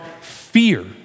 fear